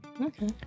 Okay